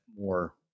more